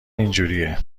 اینجوریه